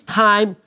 time